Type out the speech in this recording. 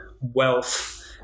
wealth